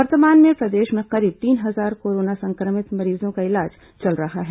वर्तमान में प्रदेश में करीब तीन हजार कोरोना संक्रमित मरीजों का इलाज चल रहा है